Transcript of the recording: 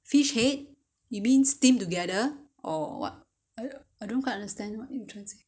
fish head you mean steam together or what I don't quite understand what you trying to say